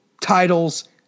titles